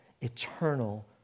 eternal